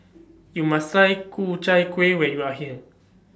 YOU must Try Ku Chai Kuih when YOU Are here